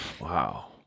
Wow